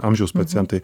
amžiaus pacientai